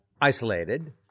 isolated